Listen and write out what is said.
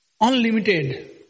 unlimited